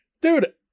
dude